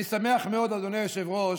אני שמח מאוד, אדוני היושב-ראש,